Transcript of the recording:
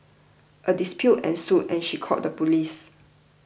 a dispute ensued and she called the police